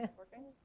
and working,